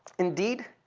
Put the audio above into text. indeed,